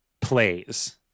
plays